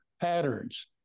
patterns